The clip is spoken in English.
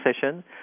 session